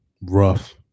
rough